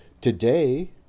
Today